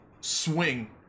swing